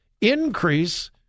increase